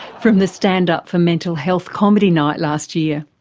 from the stand up for mental health comedy night last year.